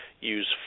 use